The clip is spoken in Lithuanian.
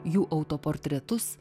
jų autoportretus